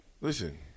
Listen